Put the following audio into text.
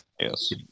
Yes